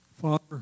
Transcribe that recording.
Father